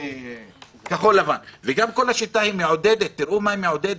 --- כל השיטה, תראו מה היא מעודדת.